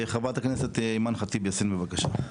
חברת הכנסת אימאן ח'טיב יאסין, בבקשה.